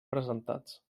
presentats